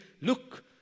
look